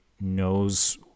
knows